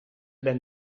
ben